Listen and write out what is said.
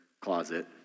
closet